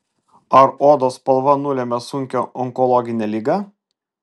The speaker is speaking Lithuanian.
ar odos spalva nulemia sunkią onkologinę ligą